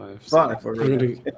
Five